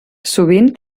sovint